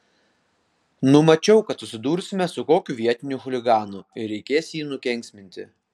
numačiau kad susidursime su kokiu vietiniu chuliganu ir reikės jį nukenksminti